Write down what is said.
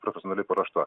profesionaliai paruošta